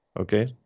Okay